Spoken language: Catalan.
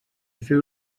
feu